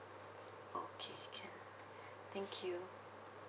okay can thank you